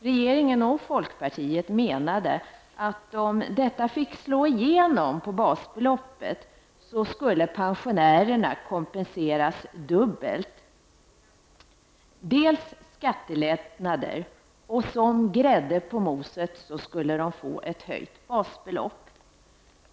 Regeringen och folkpartiet menar att om detta fick slå igenom på basbeloppet, skulle pensionärerna kompenseras dubbelt: genom skattelättnader och som grädde på moset skulle de få ett höjt basbelopp.